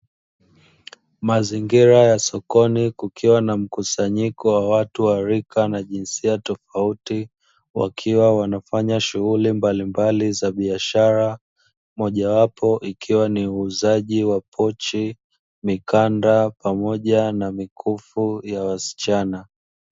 Mazingira ya sokoni kukiwa na mkusanyiko wa watu wa rika na jinsia tofauti, wakiwa wanafanya shughuli mbalimbali za biashara, mojawapo ikiwa ni uuzaji wa pochi, mikanda pamoja na mikufu ya wasichana.